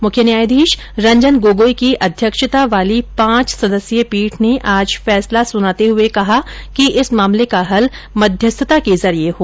मुख्य न्यायाधीश रंजन गोगोई की अध्यक्षता वाली पांच सदस्यीय पीठ ने आज फैसला सुनाते हुए कहा कि इस मामले का हल मध्यस्थता के जरिये हो